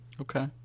Okay